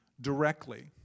directly